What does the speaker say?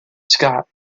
scott